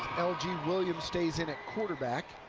lg. williams stays in at quarterback.